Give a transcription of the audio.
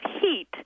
heat